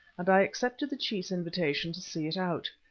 and i accepted the chief's invitation to see it out.